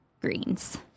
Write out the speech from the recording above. greens